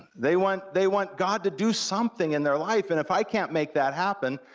they want they want god to do something in their life, and if i can't make that happen,